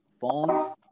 phone